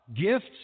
gifts